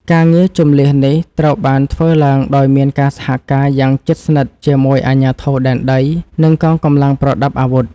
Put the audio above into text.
ការងារជម្លៀសនេះត្រូវបានធ្វើឡើងដោយមានការសហការយ៉ាងជិតស្និទ្ធជាមួយអាជ្ញាធរដែនដី និងកងកម្លាំងប្រដាប់អាវុធ។